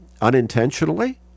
unintentionally